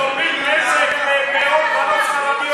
אתם גורמים נזק למאות בנות ספרדיות.